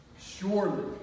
Surely